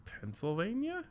Pennsylvania